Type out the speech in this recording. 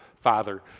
father